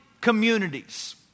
communities